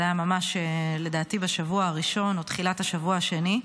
זה היה לדעתי ממש בשבוע הראשון או תחילת השבוע השני.